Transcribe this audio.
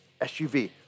SUV